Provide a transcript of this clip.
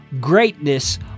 greatness